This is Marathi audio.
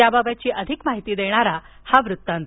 याबाबत अधिक माहिती देणारा हा वृत्तांत